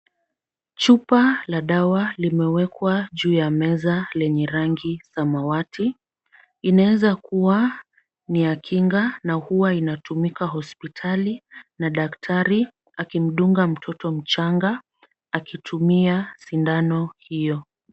Chupa la dawa limewekwa juu ya meza lenye rangi samawati, inaweza kuwa ni ya kinga na huwa inatumika hospitali na daktari akimdunga mtoto mchanga akitumia sindano hiyo.